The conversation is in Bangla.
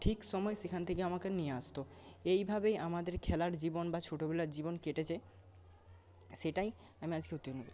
ঠিক সময় সেখান থেকে আমাকে নিয়ে আসত এই ভাবেই আমাদের খেলার জীবন বা ছোটবেলার জীবন কেটেছে সেটাই আমি আজকে তুলে